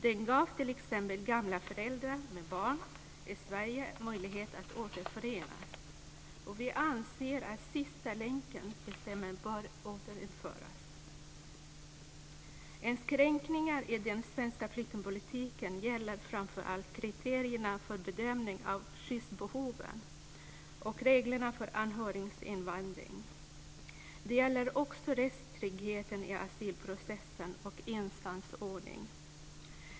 Den gav t.ex. gamla föräldrar med barn i Sverige möjlighet att återförenas. Vi anser att bestämmelsen om den s.k. sista länken bör återinföras. Inskränkningar i den svenska flyktingpolitiken gäller framför allt kriterierna för bedömning av skyddsbehoven och reglerna för anhöriginvandring. De gäller också rättstryggheten i asylprocessen och instansordningen.